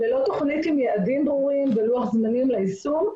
ללא תוכנית עם יעדים ברורים ולוח זמנים ליישום.